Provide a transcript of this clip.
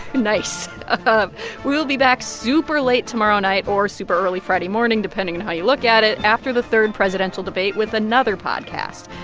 nice. ah um we'll be back super-late tomorrow night or super-early friday morning, depending on how you look at it, after the third presidential debate with another podcast.